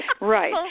Right